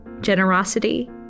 generosity